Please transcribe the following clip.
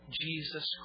Jesus